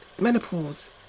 Menopause